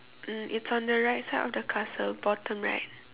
mm it's on the right side of the castle bottom right